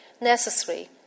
necessary